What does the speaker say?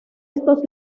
estos